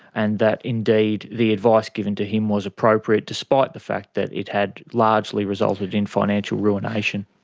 and that indeed, the advice given to him was appropriate, despite the fact that it had largely resulted in financial ruination.